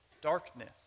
darkness